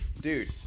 dude